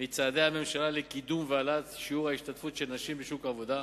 מצעדי הממשלה לקידום ולהעלאה של שיעור ההשתתפות של נשים בשוק העבודה,